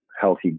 Healthy